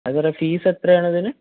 അത് സാറേ ഫീസ് എത്രയാണ് ഇതിന്